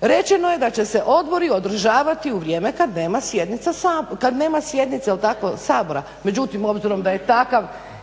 Rečeno je da će se odbori održavati u vrijeme kad nema sjednice, jel' tako Sabora. Međutim, obzirom da je takav